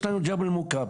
יש לנו את ג'בל אל מוכבר,